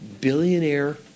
billionaire